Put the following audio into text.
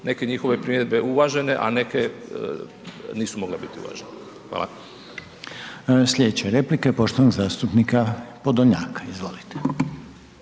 neke njihove primjedbe uvažene, a neke nisu mogle biti uvažene. Hvala. **Reiner, Željko (HDZ)** Sljedeća replika je poštovanog zastupnika POdolnjaka. Izvolite.